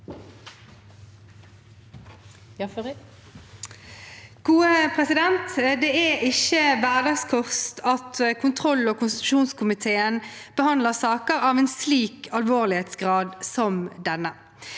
(A) Det er ikke hver- dagskost at kontroll- og konstitusjonskomiteen behandler saker av en slik alvorlighetsgrad som denne.